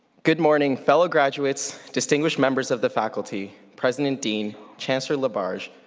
good morning fellow graduates, distinguished members of the faculty, president deane, chancellor labarge,